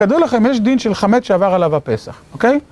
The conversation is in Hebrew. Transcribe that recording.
תדעו לכם, יש דין של חמץ שעבר עליו הפסח, אוקיי?